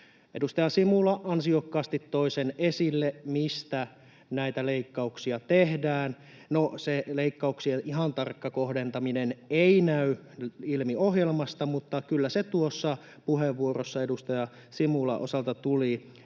Edustaja Simula ansiokkaasti toi esille sen, mistä näitä leikkauksia tehdään. No, se leikkauksien ihan tarkka kohdentaminen ei näy ilmi ohjelmasta, mutta kyllä se tuossa puheenvuorossa edustaja Simulan osalta tuli